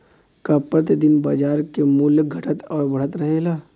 का प्रति दिन बाजार क मूल्य घटत और बढ़त रहेला?